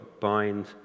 bind